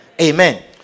Amen